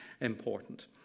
important